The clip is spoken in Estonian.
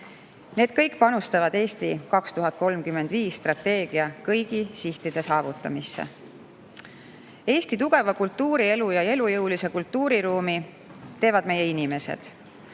Need kõik panustavad "Eesti 2035" strateegia kõigi sihtide saavutamisse. Eesti tugeva kultuurielu ja elujõulise kultuuriruumi teevad meie inimesed.